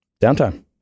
Downtime